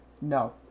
No